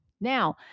Now